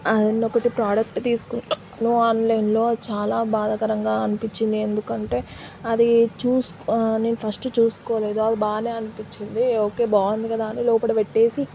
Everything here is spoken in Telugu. ఆ నేను ఒకటి ప్రాడక్ట్ తీసుకున్నాను ఆన్లైన్లో చాలా బాధాకరంగా అనిపించింది ఎందుకంటే అది చూస్ ఆ నేను ఫస్ట్ చూసుకోలేదు అది బాగా అనిపించింది ఓకే బాగుంది కదా అని లోపల పెట్టి